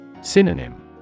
Synonym